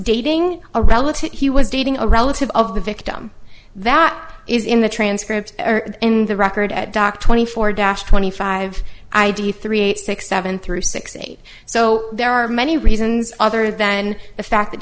dating a relative he was dating a relative of the victim that is in the transcript in the record at doc twenty four dash twenty five id three eight six seven through six eight so there are many reasons other than the fact that